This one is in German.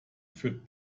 führt